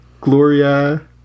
Gloria